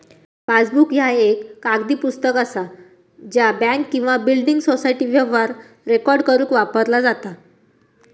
passbook ह्या एक कागदी पुस्तक असा ज्या बँक किंवा बिल्डिंग सोसायटी व्यवहार रेकॉर्ड करुक वापरला जाता